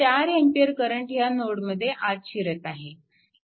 4A current ह्या नोडमध्ये आत शिरत आहे